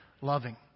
loving